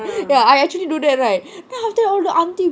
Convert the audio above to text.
um ya I actually do that right then after that all the aunty